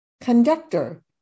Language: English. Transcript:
Conductor